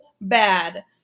bad